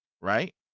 right